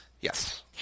Yes